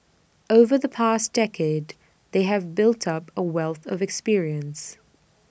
over the past decade they have built up A wealth of experience